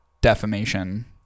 defamation